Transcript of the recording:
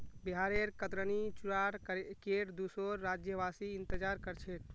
बिहारेर कतरनी चूड़ार केर दुसोर राज्यवासी इंतजार कर छेक